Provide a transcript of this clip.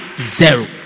zero